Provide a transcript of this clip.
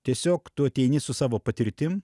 tiesiog tu ateini su savo patirtim